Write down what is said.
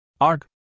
Arg